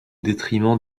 détriment